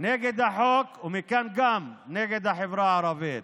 נגד החוק, ומכאן שגם נגד החברה הערבית.